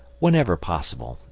whenever possible,